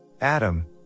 Adam